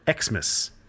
Xmas